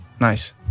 Nice